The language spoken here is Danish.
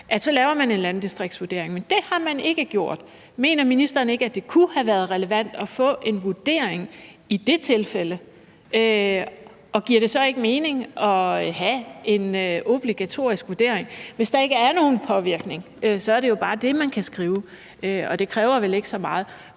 dér, laver man en landdistriktsvurdering, men det har man ikke gjort. Mener ministeren ikke, at det kunne have været relevant at få en vurdering i det tilfælde, og giver det så ikke mening at have en obligatorisk vurdering? Hvis der ikke er nogen påvirkning, er det jo bare det, man kan skrive. Det kræver vel ikke så meget.